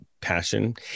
passion